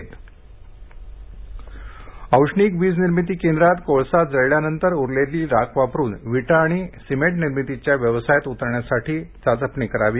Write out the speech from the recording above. राखेतन रस्ते औष्णिक वीज निर्मिती केंद्रात कोळसा जळल्यानंतर उरलेली राख वापरून विटा आणि सिमेंट निर्मितीच्या व्यवसायात उतरण्यासाठी चाचपणी करावी